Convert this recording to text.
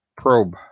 probe